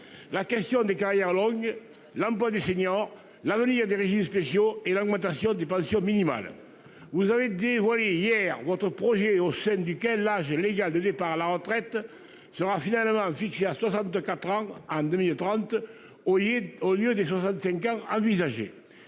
La question des carrières longues. L'emploi des seniors. L'avenir des régimes spéciaux et l'augmentation des pensions minimales vous avez dévoilé hier votre projet au sein duquel l'âge légal de départ à la retraite. Sera finalement fixé à 64 ans en 2030 au au lieu des 65 ans envisagés